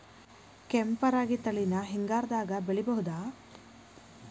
ಕೆಂಪ ರಾಗಿ ತಳಿನ ಹಿಂಗಾರದಾಗ ಬೆಳಿಬಹುದ?